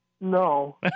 No